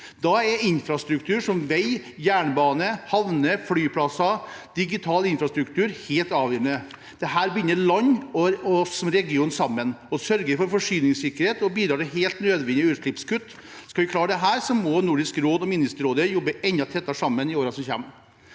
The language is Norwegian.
Da er infrastruktur som vei, jernbane, havner og flyplasser samt digital infrastruktur helt avgjørende. Dette binder landene og oss som region sammen, sørger for forsyningssikkerhet og bidrar til helt nødvendige utslippskutt. Skal vi klare dette, må Nordisk råd og Ministerrådet jobbe enda tettere sammen i årene som kommer.